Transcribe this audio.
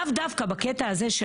לאו דווקא בקטע הזה,